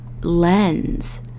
lens